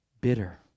Bitter